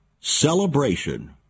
celebration